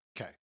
Okay